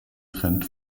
trend